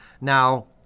now